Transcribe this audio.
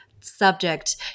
subject